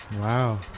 wow